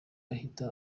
uhite